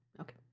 okay